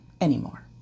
anymore